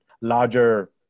larger